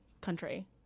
country